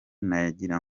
nagira